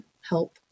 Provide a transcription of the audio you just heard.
help